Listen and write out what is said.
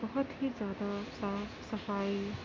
بہت ہی زیادہ صاف صفائی